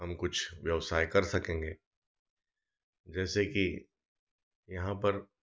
कुछ व्यवसाय कर सकेंगे जैसे कि यहाँ पर